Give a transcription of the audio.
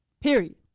period